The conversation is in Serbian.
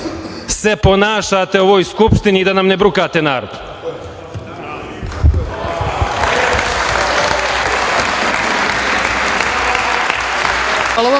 se ponašate u ovoj Skupštini i da nam ne brukate narod.